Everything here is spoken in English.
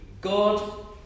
God